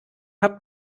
habt